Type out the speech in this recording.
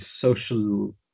social